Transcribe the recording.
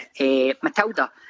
Matilda